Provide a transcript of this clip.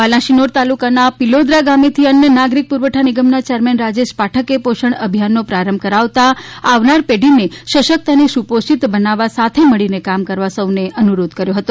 બાલાસિનોર તાલુકાના પીલોદરા ગામેથી અન્ન નાગરિક પુરવઠા નિગમના ચેરમેન રાજેશ પાઠકે પોષણ અભિયાનનો પ્રારંભ કરાવતા આવનાર પેઢીને સશક્ત અને સુપોષિત બનાવવા સાથે મળી તે કામ કરવા સૌને અનુરોધ કર્યો હતો